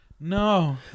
No